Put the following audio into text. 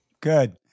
Good